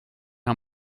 how